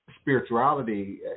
spirituality